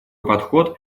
подход